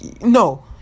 No